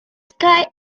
sky